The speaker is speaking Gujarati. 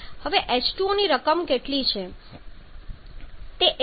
હવે H2O ની રકમ કેટલી છે